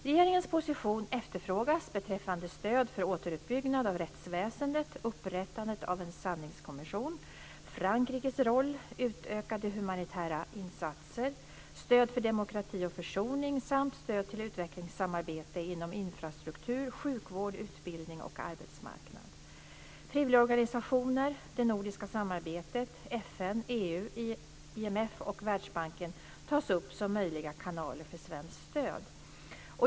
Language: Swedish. Regeringens position efterfrågas beträffande stöd för återuppbyggnad av rättsväsendet, upprättande av en sanningskommission, Frankrikes roll, utökade humanitära insatser, stöd för demokrati och försoning samt stöd till utvecklingssamarbete inom infrastruktur, sjukvård, utbildning och arbetsmarknad. Frivilligorganisationer, det nordiska samarbetet, FN, EU, IMF och Världsbanken tas upp som möjliga kanaler för svenskt stöd.